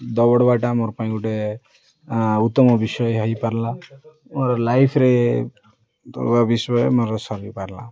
ଦୌଡ଼ିବାଟା ମୋର ପାଇଁ ଗୋଟେ ଉତ୍ତମ ବିଷୟ ହେଇପାରିଲା ମୋର ଲାଇଫ୍ରେ ବିଷୟ ମୋର ସରିପାରିଲା